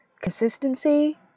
consistency